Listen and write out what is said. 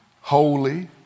holy